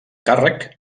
càrrec